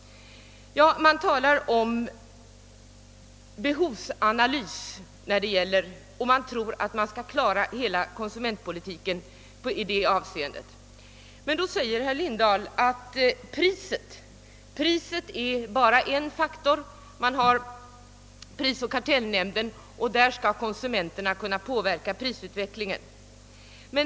Man talar om behovsanalys och tror att hela konsumentpolitiken skall kunna klaras på det sättet. Herr Lindahl sade att priset bara är en faktor och att vi har prisoch kartellnämnden, varigenom konsumenterna skall kunna påverka prisutvecklingen.